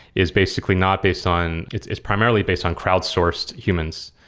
is basically not based on it's it's primarily based on crowd sourced humans.